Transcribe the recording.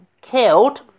killed